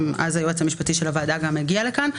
אז היועץ המשפטי של הוועדה גם הגיע לכאן.